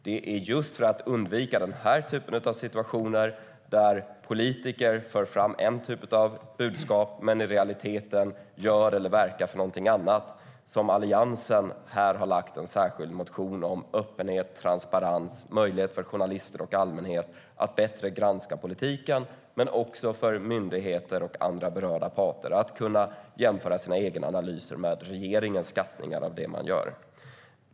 Det är just för att undvika den här typen av situationer, där politiker för fram en typ av budskap men i realiteten gör eller verkar för någonting annat, som Alliansen har väckt en särskild motion om öppenhet, transparens och möjlighet för journalister och allmänhet att granska politiken bättre men också för myndigheter och andra berörda parter att jämföra sina egna analyser med regeringens skattningar av det man gör.